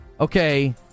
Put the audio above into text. Okay